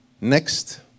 Next